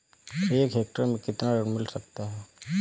एक हेक्टेयर में कितना ऋण मिल सकता है?